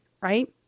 right